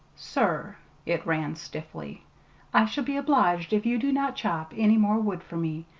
sir it ran stiffly i shall be obliged if you do not chop any more wood for me.